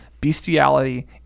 bestiality